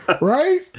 Right